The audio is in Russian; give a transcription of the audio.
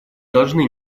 должны